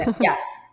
yes